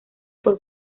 por